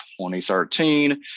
2013